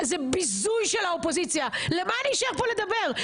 זה ביזוי של האופוזיציה, למה שאשאר פה לדבר?